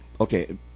Okay